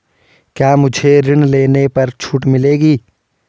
क्या मुझे ऋण लेने पर छूट मिलेगी?